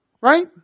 Right